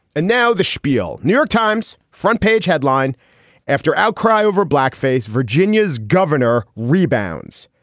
and now the spiel new york times front page headline after outcry over blackface. virginia's governor rebounds.